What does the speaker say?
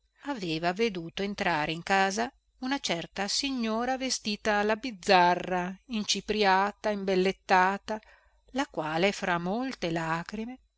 aveva veduto entrare in casa una certa signora vestita alla bizzarra incipriata imbellettata la quale fra molte lagrime